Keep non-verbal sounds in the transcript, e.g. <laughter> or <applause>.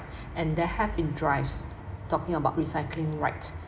<breath> and there have been drives talking about recycling right